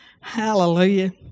Hallelujah